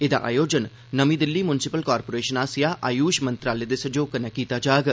एह्दा आयोजन नमीं दिल्ली मुंसिपल कारपोरेशन आसेआ आयूष मंत्रालय दे सैह्योग कन्नै कीता जाग